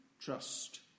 trust